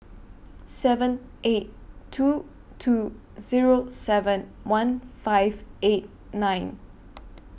seven eight two two Zero seven one five eight nine